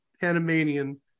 Panamanian